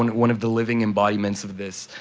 one of the living embodiments of this,